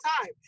time